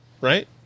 Right